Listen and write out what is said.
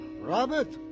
Robert